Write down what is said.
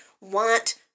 want